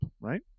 Right